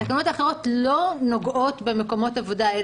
התקנות האחרות לא נוגעות במקומות עבודה אלה.